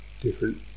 different